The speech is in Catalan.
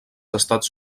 estats